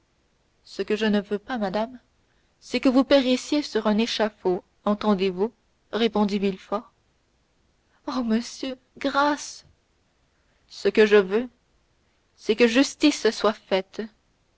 ce que je ne veux pas madame c'est que vous périssiez sur un échafaud entendez-vous répondit villefort oh monsieur grâce ce que je veux c'est que justice soit faite